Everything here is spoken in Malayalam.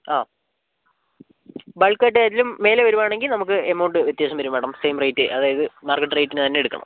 ആ ബൾക്ക് ആയിട്ടായേലും മേലെ വരുവാണെങ്കിൽ നമുക്ക് എമൗണ്ട് വ്യത്യാസം വരും മേഡം സെയിം റേറ്റ് അതായത് മാർക്കറ്റ് റേറ്റിന് തന്നെ എടുക്കണം